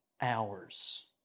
hours